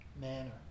manner